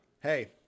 Hey